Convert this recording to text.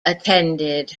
attended